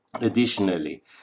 Additionally